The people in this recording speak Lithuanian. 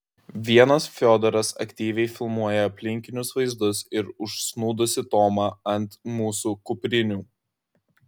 vienas fiodoras aktyviai filmuoja aplinkinius vaizdus ir užsnūdusį tomą ant mūsų kuprinių